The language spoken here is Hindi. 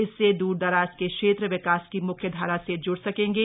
इससे दूरदराज के क्षेत्र विकास की मुख्यधारा से ज्ड़ सकेंगे